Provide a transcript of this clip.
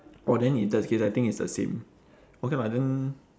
orh then if that's the case I think it's the same okay lah then